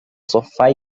sofá